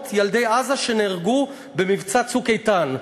ילדי עזה שנהרגו במבצע "צוק איתן".